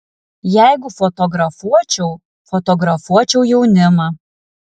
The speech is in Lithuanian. jeigu fotografuočiau fotografuočiau jaunimą